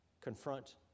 confront